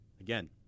Again